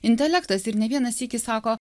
intelektas ir ne vieną sykį sako